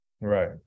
Right